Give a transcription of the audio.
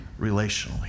relationally